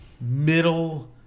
middle